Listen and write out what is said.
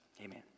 Amen